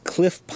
Cliff